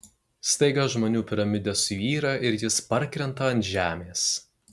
staiga žmonių piramidė suyra ir jis parkrenta ant žemės